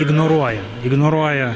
ignoruoja ignoruoja